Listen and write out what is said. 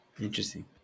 Interesting